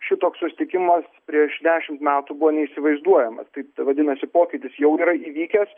šitoks susitikimas prieš dešimt metų buvo neįsivaizduojamas tai vadinasi pokytis jau yra įvykęs